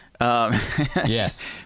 Yes